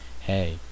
hey